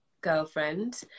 girlfriend